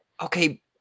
okay